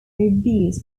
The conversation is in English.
reviews